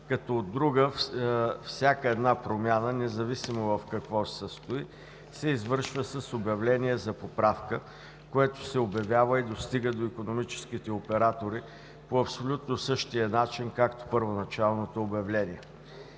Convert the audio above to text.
като, от друга, всяка една промяна, независимо в какво се състои, се извършва с обявление за поправка, което се обявява и достига до икономическите оператори по абсолютно същия начин, както първоначалното обявление.